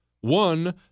One